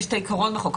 יש את העיקרון בחוק,